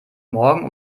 morgen